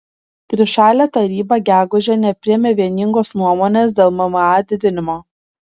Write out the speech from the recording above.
trišalė taryba gegužę nepriėmė vieningos nuomonės dėl mma didinimo